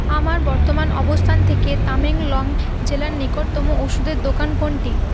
আমার বর্তমান অবস্থান থেকে তামেং লং জেলার নিকটতম ওষুধের দোকান কোনটি